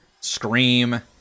scream